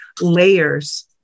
layers